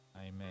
Amen